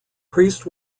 priest